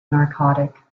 narcotic